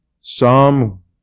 Psalm